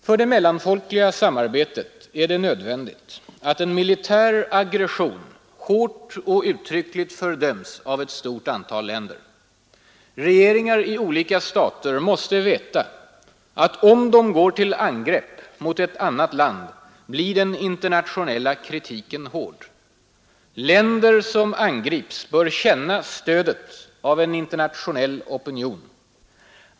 För det mellanfolkliga samarbetet är det nödvändigt att en militär aggression hårt och uttryckligt fördöms av ett stort antal länder. Regeringar i olika stater måste veta att om de går till angrepp mot ett annat land blir den internationella kritiken hård. Länder som angrips bör känna stödet av en internationell opinion.